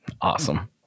Awesome